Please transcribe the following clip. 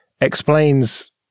explains